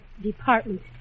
department